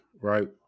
right